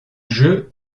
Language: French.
jeu